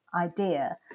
idea